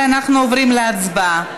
ואנחנו עוברים להצבעה.